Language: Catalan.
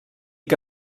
que